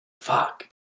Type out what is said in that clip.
Fuck